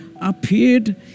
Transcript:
appeared